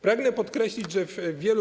Pragnę podkreślić, że w wielu.